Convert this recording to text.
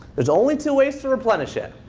there's only two ways to replenish it.